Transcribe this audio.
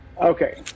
Okay